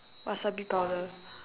wasabi powder